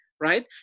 right